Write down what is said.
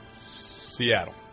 Seattle